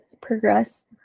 progress